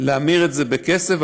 להמיר את זה בכסף,